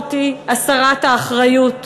המשמעות היא הסרת האחריות.